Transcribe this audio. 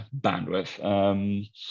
bandwidth